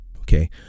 Okay